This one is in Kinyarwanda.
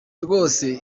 rwose